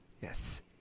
Yes